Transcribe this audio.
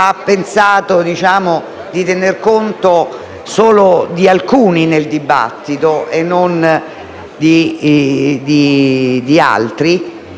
ha pensato di tener conto solo di alcuni nel dibattito e non di altri